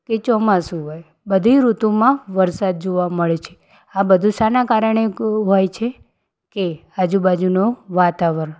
કે ચોમાસું હોય બધી ઋતુમાં વરસાદ જોવા મળે છે આ બધુ શાના કારણે હોય છે કે આજુ બાજુનું વાતાવરણ